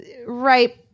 Right